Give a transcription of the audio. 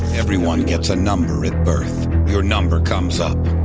everyone gets a number at birth. your number comes up.